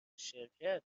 شرکت